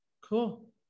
cool